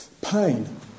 pain